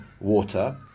water